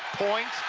point,